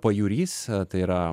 pajūrys tai yra